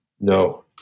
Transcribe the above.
No